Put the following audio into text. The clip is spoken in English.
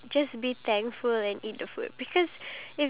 do you tend to complain about food